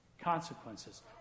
Consequences